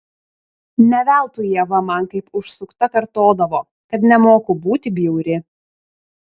ne veltui ieva man kaip užsukta kartodavo kad nemoku būti bjauri